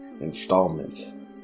installment